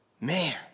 Man